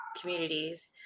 communities